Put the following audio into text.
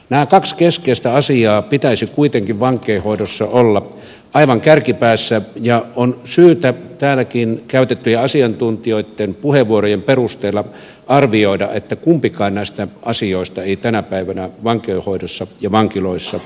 näiden kahden keskeisen asian pitäisi kuitenkin vankeinhoidossa olla aivan kärkipäässä ja on syytä täälläkin käytettyjen asiantuntijoitten puheenvuorojen perusteella arvioida että kumpikaan näistä asioista ei tänä päivänä vankeinhoidossa ja vankiloissa toteudu